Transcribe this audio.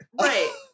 Right